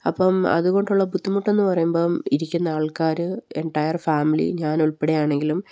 അപ്പം അതുകൊണ്ടുള്ള ബുദ്ധിമുട്ടെന്ന് പറയുമ്പം ഇരിക്കുന്ന ആൾക്കാർ എന്റയർ ഫാമിലി ഞാൻ ഉൾപ്പെടെയാണെങ്കിലും